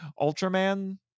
Ultraman